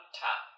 top